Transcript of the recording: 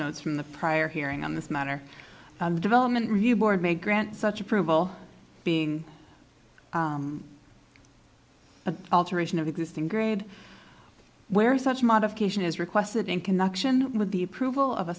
notes from the prior hearing on this matter development review board may grant such approval being alteration of existing grid where such modification is requested in connection with the approval of a